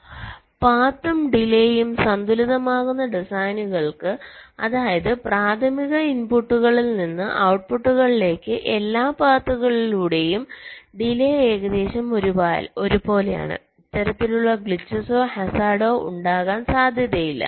അതിനാൽ പാത്തും ഡിലെയും സന്തുലിതമാകുന്ന ഡിസൈനുകൾക്ക് അതായത് പ്രാഥമിക ഇൻപുട്ടുകളിൽ നിന്ന് ഔട്ട്പുട്ടുകളിലേക് എല്ലാ പാത്തുകളിലൂടെയും ഡിലെ ഏകദേശം ഒരുപോലെയാണ് ഇത്തരത്തിലുള്ള ഗ്ലിച്ചസോ ഹസാഡോ ഉണ്ടാകാൻ സാധ്യതയില്ല